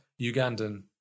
Ugandan